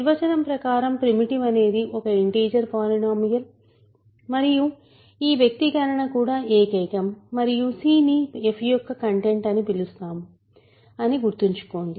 నిర్వచనం ప్రకారం ప్రిమిటివ్ అనేది ఒక ఇంటిజర్ పాలినోమియల్ మరియు ఈ వ్యక్తీకరణ కూడా ఏకైకం మరియు c ని f యొక్క కంటెంట్ అని పిలుస్తాము అని గుర్తుంచుకోండి